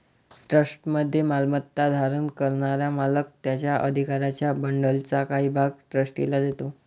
ट्रस्टमध्ये मालमत्ता धारण करणारा मालक त्याच्या अधिकारांच्या बंडलचा काही भाग ट्रस्टीला देतो